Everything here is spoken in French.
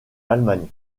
allemagne